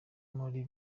muri